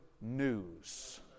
news